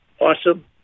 awesome